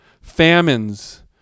famines